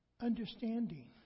Understanding